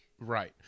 Right